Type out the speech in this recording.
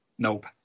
Nope